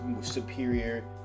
superior